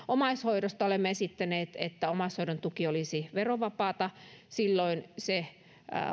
omaishoidosta olemme esittäneet että omaishoidon tuki olisi verovapaata silloin